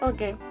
Okay